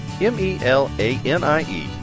M-E-L-A-N-I-E